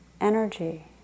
energy